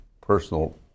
personal